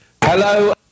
Hello